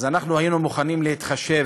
אז אנחנו היינו מוכנים להתחשב